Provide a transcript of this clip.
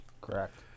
Correct